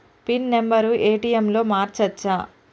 Pin number ATM లో మార్చచ్చా?